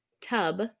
tub